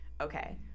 Okay